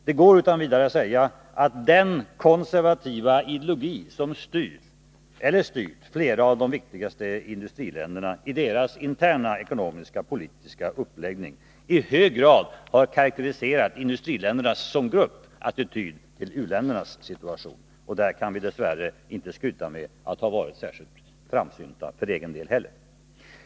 Man kan utan vidare säga att den konservativa ideologi som styr eller styrt flera av de viktigaste industriländerna i deras interna ekonomiska politiska uppläggning i hög grad har karakteriserat attityden i industriländerna som grupp till u-ländernas situation, och där kan vi dess värre inte skryta med att ha varit särskilt framsynta för egen del heller.